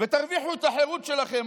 ותרוויחו את החירות שלכם.